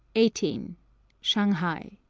eighteen shanghai